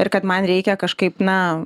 ir kad man reikia kažkaip na